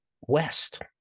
west